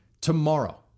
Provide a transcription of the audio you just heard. tomorrow